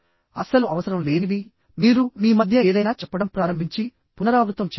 అస్సలు అవసరం లేనివి మీరు మీ మధ్య ఏదైనా చెప్పడం ప్రారంభించి పునరావృతం చేయండి